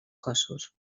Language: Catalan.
cossos